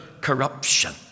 corruption